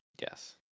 Yes